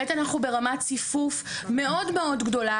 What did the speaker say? ב' אנחנו ברמת ציפוף מאוד מאוד גדולה,